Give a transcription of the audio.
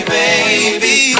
baby